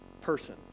person